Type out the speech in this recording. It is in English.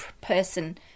person